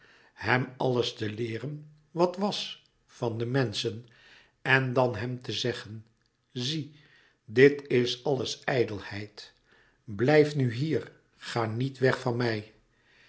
hem alles te leeren wat was van de menschen en dan hem te zeggen zie dit is alles ijdelheid blijf nu hier ga niet weg van mij